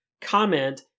comment